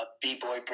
b-boy